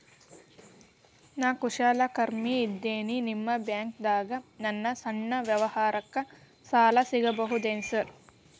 ನಾ ಕುಶಲಕರ್ಮಿ ಇದ್ದೇನ್ರಿ ನಿಮ್ಮ ಬ್ಯಾಂಕ್ ದಾಗ ನನ್ನ ಸಣ್ಣ ವ್ಯವಹಾರಕ್ಕ ಸಾಲ ಸಿಗಬಹುದೇನ್ರಿ?